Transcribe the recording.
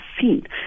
seen